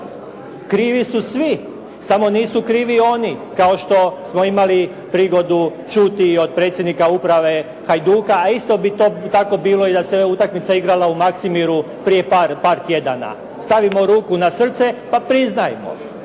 Krivi su svi, samo nisu krivi oni kao što smo imali prigodu čuti i od predsjednika Uprave Hajduka. A isto bi to tako bilo i da se utakmica igrala u Maksimiru prije par tjedana. Stavimo ruku na srce pa priznajmo.